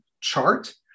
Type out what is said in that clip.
chart